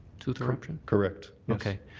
tooth eruption? correct. okay.